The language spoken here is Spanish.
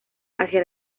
hacia